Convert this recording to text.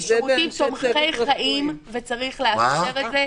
זה שירותים תומכי חיים וצריך לאפשר את זה.